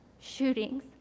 shootings